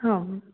हम्